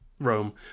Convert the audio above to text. Rome